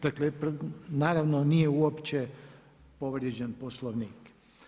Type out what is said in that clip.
Dakle, naravno nije uopće povrijeđen Poslovnik.